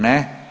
Ne.